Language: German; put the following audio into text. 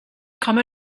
komme